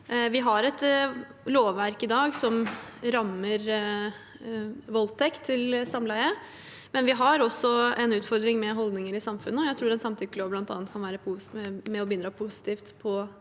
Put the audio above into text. Vi har et lovverk i dag som rammer voldtekt til samleie, men vi har også en utfordring med holdninger i samfunnet. Jeg tror en samtykkelov bl.a. kan være med og bidra positivt på det